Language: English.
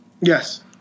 Yes